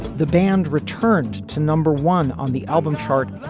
the band returned to number one on the album chart.